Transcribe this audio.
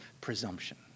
presumption